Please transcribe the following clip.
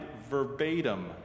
verbatim